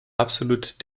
absolut